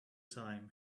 time